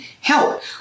help